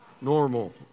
normal